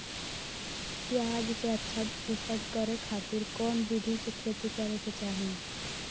प्याज के अच्छा उपज करे खातिर कौन विधि से खेती करे के चाही?